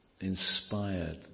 inspired